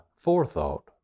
forethought